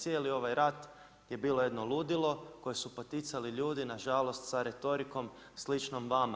Cijeli ovaj rat je bilo jedno ludilo, koje su poticali ljudi, nažalost sa retorikom slično vama.